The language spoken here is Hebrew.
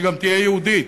שגם תהיה יהודית.